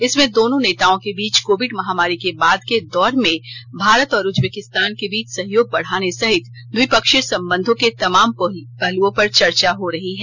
इसमें दोनों नेताओं के बीच कोविड महामारी के बाद के दौर में भारत और उज्बेकिस्तान के बीच सहयोग बढ़ाने सहित द्विपक्षीय संबंधों के तमाम पहलओं पर चर्चा हो रही है